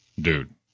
dude